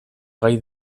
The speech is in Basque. gai